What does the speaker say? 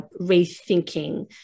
rethinking